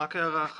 הערה אחת.